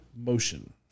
motion